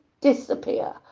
disappear